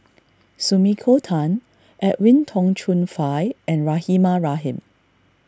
Sumiko Tan Edwin Tong Chun Fai and Rahimah Rahim